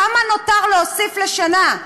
כמה נותר להוסיף לשנה?